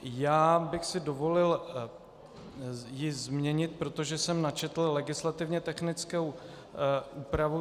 Já bych si dovolil ji změnit, protože jsem načetl legislativně technickou úpravu.